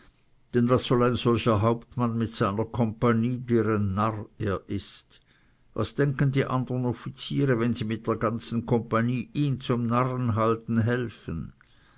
denn was soll ein solcher hauptmann mit seiner compagnie deren narr er ist was denken die andern offiziere wenn sie mit der ganzen compagnie ihn zum narren halten helfen